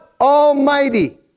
Almighty